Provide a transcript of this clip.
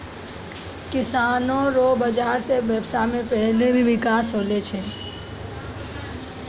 किसानो रो बाजार से व्यबसाय मे भी बिकास होलो छै